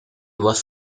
was